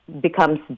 becomes